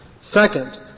Second